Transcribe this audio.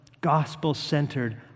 gospel-centered